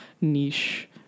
niche